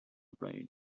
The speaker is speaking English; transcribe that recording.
brain